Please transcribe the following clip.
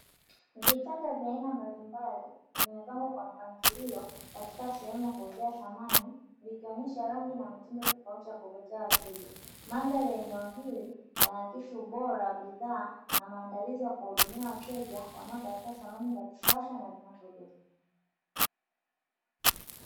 Vitanda vya aina mbalimbali vimepangwa kwa mpangilio katika sehemu ya kuuzia samani vikionyesha rangi na mitindo tofauti ya kuvutia wateja; mandhari ya eneo hili yana akisi ubora wa bidhaa na maandalizi ya kuhudumia wateja wanao tafuta samani za kisasa na zinazodumu.